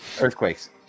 Earthquakes